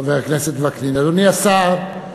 חבר הכנסת וקנין, אדוני השר,